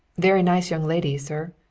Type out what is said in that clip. very nice young lady, sir.